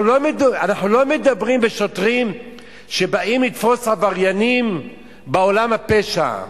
אנחנו לא מדברים על שוטרים שבאים לתפוס עבריינים בעולם הפשע.